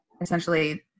essentially